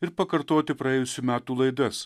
ir pakartoti praėjusių metų laidas